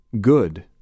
Good